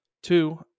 Two